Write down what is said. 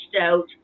out